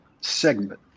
segment